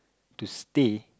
to stay